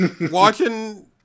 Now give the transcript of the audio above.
watching